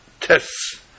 tests